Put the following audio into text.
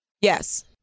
yes